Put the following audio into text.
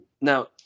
Now